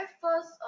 first